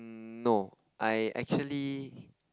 no I actually